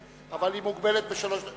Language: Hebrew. אבל היא מוגבלת לשלוש דקות.